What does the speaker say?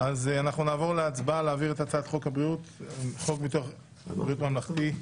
אנחנו נעבור להצבעה להעביר את הצעת חוק ביטוח בריאות ממלכתי,